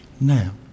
Now